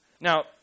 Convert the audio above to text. Now